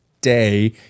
day